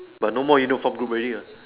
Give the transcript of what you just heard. but no more uniform groups already lah